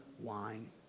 wine